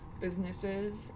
businesses